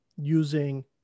Using